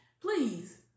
please